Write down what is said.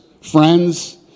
friends